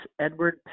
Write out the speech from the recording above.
Edward